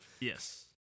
Yes